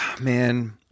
man